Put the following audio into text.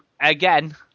again